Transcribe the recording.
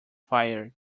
fired